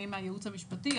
אני מהייעוץ המשפטי,